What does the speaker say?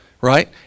right